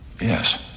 Yes